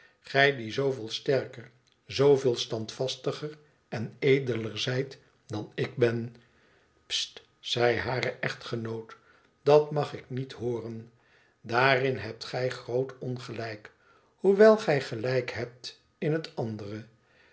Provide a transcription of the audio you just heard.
gij die zooveel sterker zooveel standvastiger en edeler zijt dan ik ben sst zei haar echtgenoot dat mag ik niet hooren daarin hebt gij groot ongelijk hoewel gij gelijk hebt in het andere